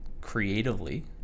creatively